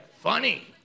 Funny